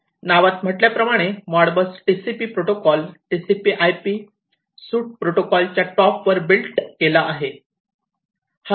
नावात म्हटल्याप्रमाणे Modbus TCP protocol TCPIP suite protocol च्या टॉप वर बिल्ट केला आहे